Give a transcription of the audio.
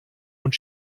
und